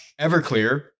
Everclear